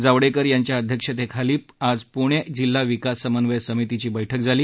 जावडेकर यांच्या अध्यक्षतेखाली आज पृणे जिल्हा विकास समन्वय समितीची बैठक झाली